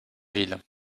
ville